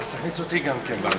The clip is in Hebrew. אז תכניס אותי גם כן ברשימה.